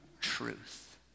truth